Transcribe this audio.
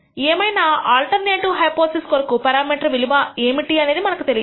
ఏమైనాఆల్టర్నేటివ్ hypothesis కొరకు parameter విలువ ఏమిటి అనేది మనకు తెలియదు